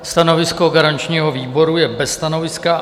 Stanovisko garančního výboru je bez stanoviska.